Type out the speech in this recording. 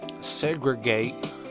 segregate